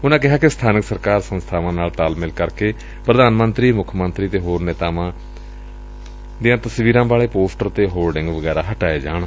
ਉਨਾਂ ਕਿਹਾ ਕਿ ਸਬਾਨਕ ਸਰਕਾਰ ਸੰਸਬਾਵਾਂ ਨਾਲ ਤਾਲਮੇਲ ਕਰ ਕੇ ਪ੍ਰਧਾਨ ਮੰਤਰੀ ਮੁੱਖ ਮੰਤਰੀ ਅਤੇ ਹੋਰ ਨੇਤਾਵਾਂ ਵਾਲੇ ਪੋਸਟ ਤੇ ਹੋਰਡਿੰਗ ਵਗੈਰਾ ਹਟਾਏ ਜਾਣ